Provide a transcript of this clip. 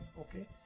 okay